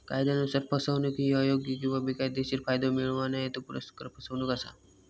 कायदयानुसार, फसवणूक ही अयोग्य किंवा बेकायदेशीर फायदो मिळवणा, हेतुपुरस्सर फसवणूक असा